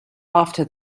after